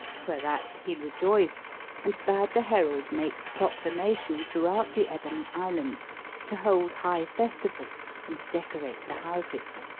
whereat he rejoiced and bade the herald make proclamation throughout the ebony islands to hold high festival and decorate the houses.